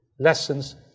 Lessons